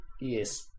yes